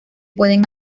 pueden